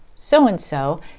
so-and-so